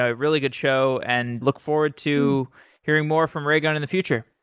ah really good show, and look forward to hearing more from raygun in the future.